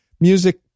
music